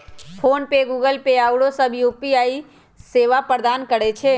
PhonePe, Google Pay आउरो सभ UPI सेवा प्रदान करै छै